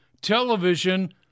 television